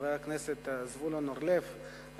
חבר הכנסת זבולון אורלב,